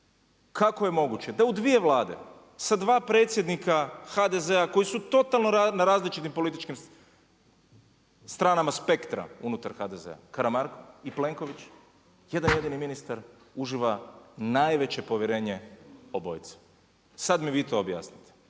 kako je moguće da u dvije Vlade sa dva predsjednika HDZ-a koji su totalno na različitim političkim stranama spektra unutar HDZ-a, Karamarko i Plenković, jedan jedini ministar uživa najveće povjerenje obojice. Sada mi vi to objasnite.